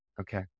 Okay